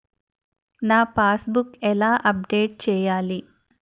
నా passbook ఎలా update చేయాలి?